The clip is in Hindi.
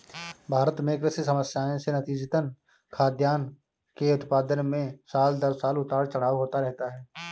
भारत में कृषि समस्याएं से नतीजतन, खाद्यान्न के उत्पादन में साल दर साल उतार चढ़ाव होता रहता है